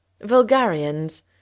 Vulgarians